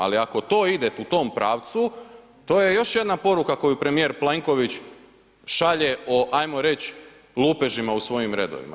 Ali ako to ide u tom pravcu, to je još jedna poruka koju premijer Plenković šalje o ajmo reć lupežima u svojim redovima.